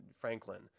Franklin